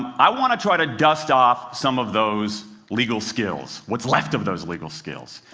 i want to try to dust off some of those legal skills, what's left of those legal skills.